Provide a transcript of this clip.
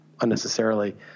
unnecessarily